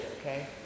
okay